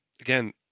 Again